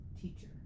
teacher